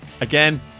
Again